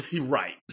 Right